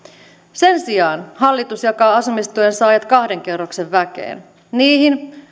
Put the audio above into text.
sen sijaan hallitus jakaa asumistuen saajat kahden kerroksen väkeen niihin